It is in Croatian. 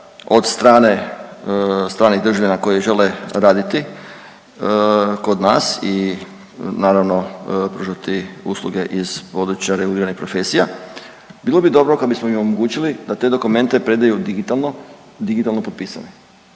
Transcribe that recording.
stranih državljana koji žele raditi kod nas i naravno pružati usluge iz područja reguliranih profesija, bilo bi dobro kad bismo im omogućili da te dokumente predaju digitalno, digitalno potpisane.